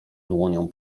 dłonią